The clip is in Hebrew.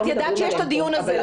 את ידעת על קיום הדיון הזה.